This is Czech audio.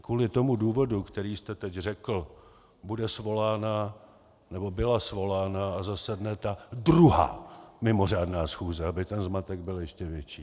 Kvůli tomu důvodu, který jste teď řekl, bude nebo byla svolána a zasedne ta druhá mimořádná schůze, aby ten zmatek byl ještě větší.